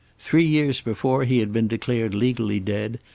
three years before he had been declared legally dead,